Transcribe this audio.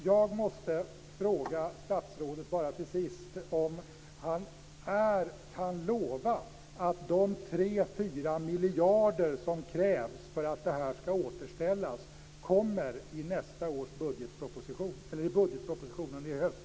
Till sist vill jag fråga statsrådet om han kan lova att de 3-4 miljarder som krävs för att biståndet skall återställas kommer i budgetpropositionen i höst.